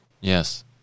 Yes